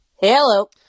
Hello